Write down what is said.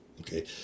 okay